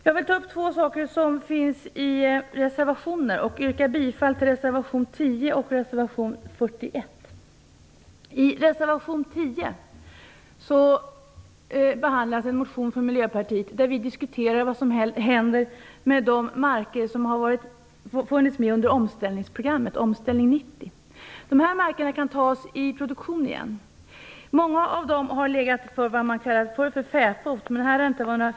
Jag vill ta upp två reservationer som jag yrkar bifall till, nämligen reservationerna 10 och 41. Miljöpartiet där vi tar upp vad som händer med de marker som har funnits med under omställningsprogrammet 1990. Dessa marker kan tas i produktion igen. Många av dem har legat för fäfot.